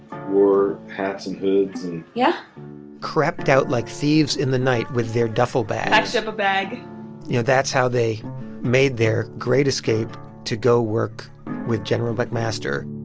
wore hats and hoods yeah crept out like thieves in the night with their duffel bags packed up a bag you know, that's how they made their great escape to go work with general mcmaster